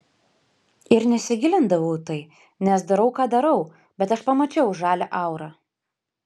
ir nesigilindavau į tai nes darau ką darau bet aš pamačiau žalią aurą